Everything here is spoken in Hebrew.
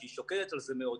שהיא שוקדת על זה מאוד,